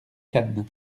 cannes